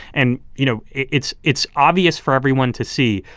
and, you know, it's it's obvious for everyone to see.